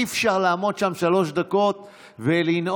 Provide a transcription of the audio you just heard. אי-אפשר לעמוד שם שלוש דקות ולנאום.